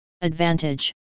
Advantage